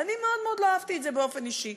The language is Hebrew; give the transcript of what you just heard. ואני מאוד לא אהבתי את זה באופן אישי,